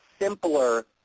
simpler